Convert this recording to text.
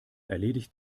erledigt